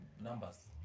numbers